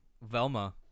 Velma